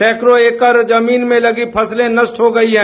सैकड़ों एकड़ जमीन में लगी फसल नष्ट हो गयी है